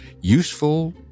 useful